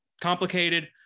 complicated